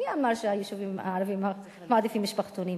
מי אמר שהיישובים הערביים מעדיפים משפחתונים?